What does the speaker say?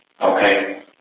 Okay